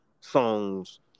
songs